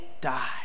die